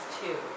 two